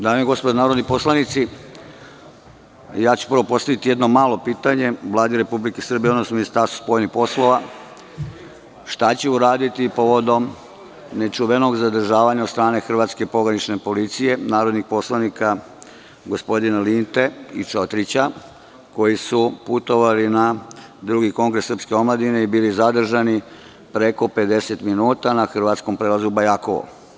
Dame i gospodo narodni poslanici, ja ću prvo postaviti jedno malo pitanje Vladi Republike Srbije, odnosno Ministarstvu spoljnih poslova - šta će uraditi povodom nečuvenog zadržavanja od strane hrvatske pogranične policije narodnih poslanika gospodina Linte i Čotrića, koji su putovali na Drugi kongres srpske omladine i bili zadržani preko 50 minuta na hrvatskom prelazu Bajakovo?